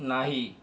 नाही